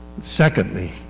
Secondly